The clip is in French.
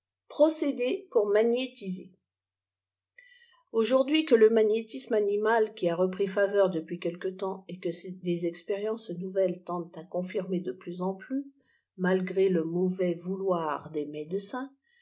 procédé pour magnétiser aujourj'hui que le magnétisme animal qui a repris faveut depuis quelque temp et que des expériences nouvelles teitident à confirmer de plus en plus malé le mauvais vouloir des médecins